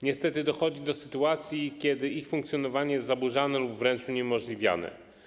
Niestety dochodzi do sytuacji, kiedy ich funkcjonowanie jest zaburzane lub wręcz uniemożliwiane.